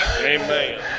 Amen